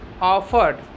offered